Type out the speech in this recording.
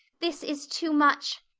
this is too much.